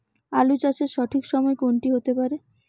আলু চাষের সঠিক সময় কোন টি হতে পারে?